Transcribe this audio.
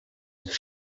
ich